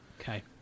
Okay